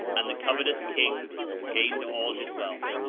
and the covetous king gained all his wealth.